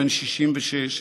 בן 66,